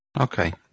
Okay